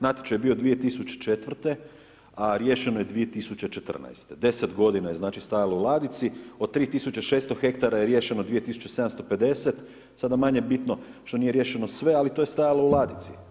Natječaj je bio 2004. a riješeno je 2014. 10 godina je stajalo u ladici, o 3600 hektara je riješeno 2750, sada manje bitno što nije riješeno sve ali to je stajalo u ladici.